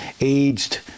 aged